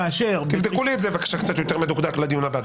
כאשר --- תבדקו לי את זה בבקשה קצת יותר מדוקדק לדיון הבא.